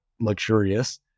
luxurious